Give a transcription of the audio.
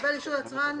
מקבל אישור יצרן,